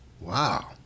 Wow